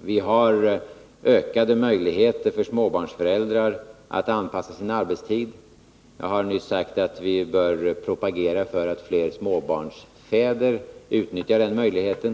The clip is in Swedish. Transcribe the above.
Det finns ökade möjligheter för småbarnsföräldrar att anpassa sin arbetstid. Jag har nyss sagt att vi bör propagera för att fler småbarnsfäder utnyttjar denna möjlighet.